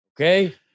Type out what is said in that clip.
okay